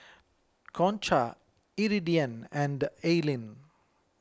Concha Iridian and Aylin